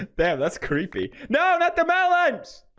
ah yeah, that's creepy, no, not the balance